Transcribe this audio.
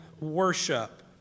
worship